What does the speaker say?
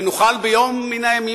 ונוכל ביום מן הימים,